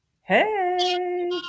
Hey